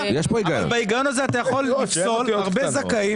בהיגיון הזה אתה יכול לפסול הרבה זכאים